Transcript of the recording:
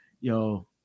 Yo